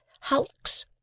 hulks